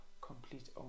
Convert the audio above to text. complete